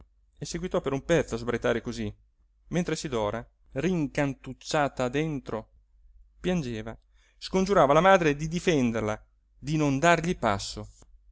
e seguitò per un pezzo a sbraitare cosí mentre sidora rincantucciata dentro piangeva scongiurava la madre di difenderla di non dargli passo